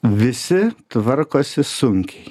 visi tvarkosi sunkiai